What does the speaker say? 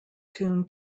tune